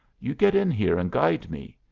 you get in here and guide me.